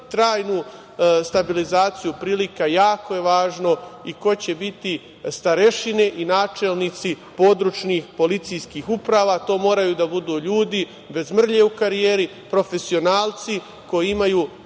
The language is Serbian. trajnu stabilizaciju prilika, jako je važno i ko će biti starešine i načelnici, područnih policijskih uprava. To moraju da budu ljudi bez mrlje u karijeri, profesionalci koji imaju